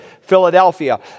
Philadelphia